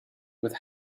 with